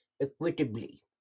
equitably